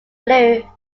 blue